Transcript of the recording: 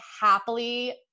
happily